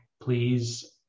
please